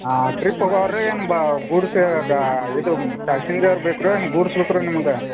ಹಾಂ ಟ್ರಿಪ್ ಹೋಗವ ರೀ ನಂಬ ಗೂಡ್ಸೆ ಗಾ ಇದು ಪ್ಯಾಸೆಂಜರ್ ಬೇಕು ರೀ ಏನು ಗೂಡ್ಸ್ ಬೇಕು ರೀ ನಿಮ್ಗ